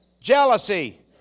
jealousy